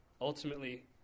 ultimately